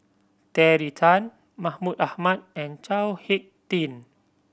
Terry Tan Mahmud Ahmad and Chao Hick Tin